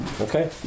Okay